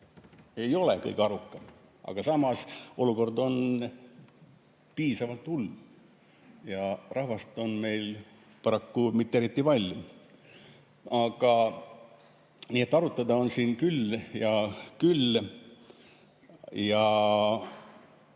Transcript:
ei ole kõige arukam, aga samas on olukord piisavalt hull. Ja rahvast pole meil paraku mitte eriti palju. Nii et arutada on siin küll ja küll.